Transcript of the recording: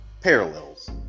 parallels